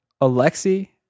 Alexei